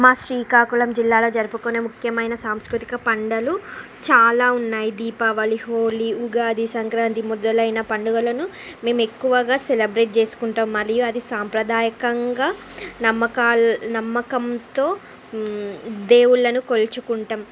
మా శ్రీకాకుళం జిల్లాలో జరుపుకునే ముఖ్యమైన సాంస్కృతిక పండుగలు చాలా ఉన్నాయి దీపావళి హోలీ ఉగాది సంక్రాంతి మొదలైన పండుగలను మేము ఎక్కువగా సెలబ్రేట్ చేసుకుంటాం మరియు అది సాంప్రదాయకంగా నమ్మకాల నమ్మకంతో దేవుళ్ళను కొలుచుకుంటాం